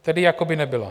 Tedy jako by nebyla.